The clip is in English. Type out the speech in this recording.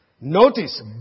Notice